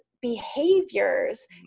behaviors